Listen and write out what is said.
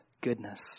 goodness